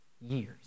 years